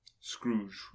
scrooge